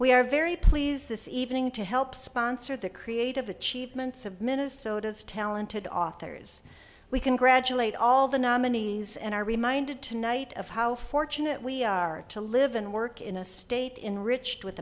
we are very pleased this evening to help sponsor the creative achievements of minnesota's talented authors we congratulate all the nominees and are reminded tonight of how fortunate we are to live and work in a state in rich with